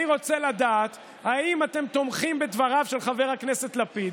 אני רוצה לדעת אם אתם תומכים בדבריו של חבר הכנסת לפיד,